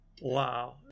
Wow